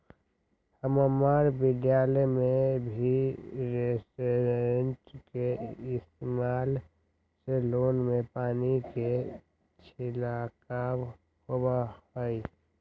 हम्मर विद्यालय में भी रोटेटर के इस्तेमाल से लोन में पानी के छिड़काव होबा हई